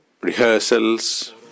rehearsals